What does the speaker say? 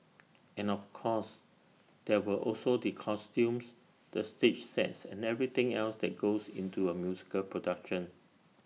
and of course there were also the costumes the stage sets and everything else that goes into A musical production